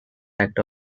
act